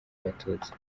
abatutsi